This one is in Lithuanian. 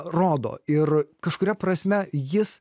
rodo ir kažkuria prasme jis